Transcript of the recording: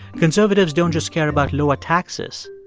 conservatives don't just care about lower taxes.